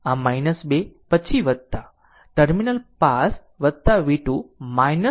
આમ 2 પછી ટર્મિનલ પાસ v2 ટર્મિનલ પાસ